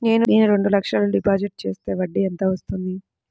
నేను రెండు లక్షల డిపాజిట్ చేస్తే వడ్డీ ఎంత వస్తుంది?